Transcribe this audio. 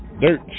dirt